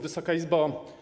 Wysoka Izbo!